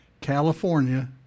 California